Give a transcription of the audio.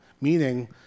meaning